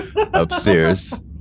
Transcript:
upstairs